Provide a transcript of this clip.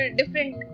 different